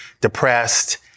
depressed